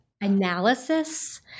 analysis